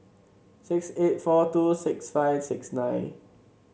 six eight four two six five six nine